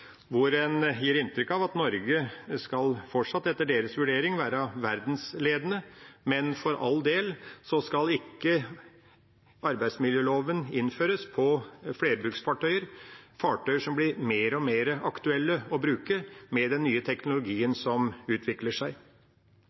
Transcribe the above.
hvor en gir inntrykk av at Norge etter deres vurdering fortsatt skal være verdensledende, men at arbeidsmiljøloven for all del ikke skal innføres på flerbruksfartøyer, fartøyer som det blir mer og mer aktuelt å bruke med den nye teknologien som